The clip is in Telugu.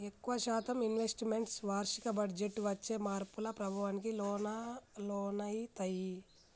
ఎక్కువ శాతం ఇన్వెస్ట్ మెంట్స్ వార్షిక బడ్జెట్టు వచ్చే మార్పుల ప్రభావానికి లోనయితయ్యి